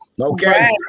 Okay